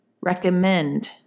recommend